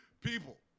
People